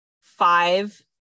five